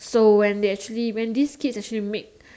so when they actually when this kids actually make